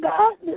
God